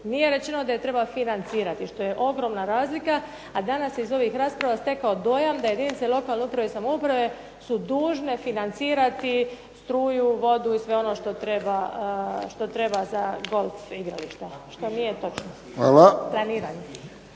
Nije rečeno da je treba financirati što je ogromna razlika, a danas se iz ovih rasprava stekao dojam da jedinice lokalne uprave i samouprave su dužne financirati struju, vodu i sve ono što treba za golf igrališta. Što nije točno. **Friščić,